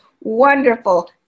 Wonderful